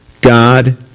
God